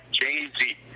Jay-Z